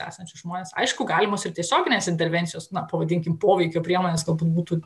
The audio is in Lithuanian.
esančius žmones aišku galimos ir tiesioginės intervencijos na pavadinkim poveikio priemonės galbūt būtų